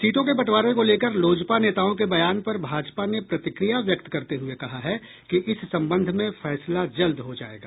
सीटों के बंटवारे को लेकर लोजपा नेताओं के बयान पर भाजपा ने प्रतिक्रिया व्यक्त करते हुए कहा है कि इस संबंध में फैसला जल्द हो जायेगा